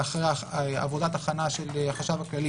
אחרי עבודת הכנה של החשב הכללי